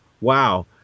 wow